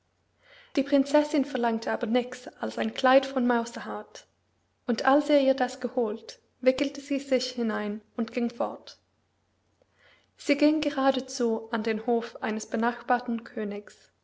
die prinzessin verlangte aber nichts als ein kleid von mausehaut und als er ihr das geholt wickelte sie sich hinein und ging fort sie ging geradezu an den hof eines benachbarten königs